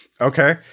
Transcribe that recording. Okay